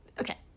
Okay